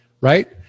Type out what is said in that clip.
right